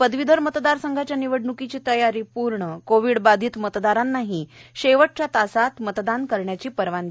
पदवीधर मतदार संघाच्या निवडणुकीची तयारी पूर्ण कोविड बाधित मतदारांनाही शेवटच्या तासात मतदान करण्याची परवानगी